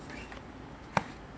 给我看 ah then 我看什么